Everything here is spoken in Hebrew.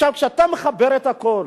כשאתה מחבר את הכול,